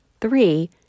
Three